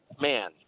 man